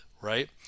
right